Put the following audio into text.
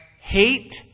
hate